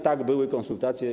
Tak, były konsultacje.